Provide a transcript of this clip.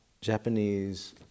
Japanese